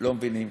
לא מבינים,